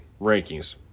rankings